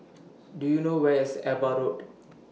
Do YOU know Where IS AVA Road